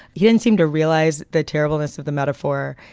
he didn't seem to realize that terribleness of the metaphore.